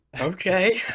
Okay